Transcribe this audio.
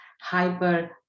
hyper